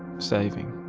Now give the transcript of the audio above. saving.